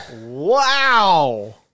Wow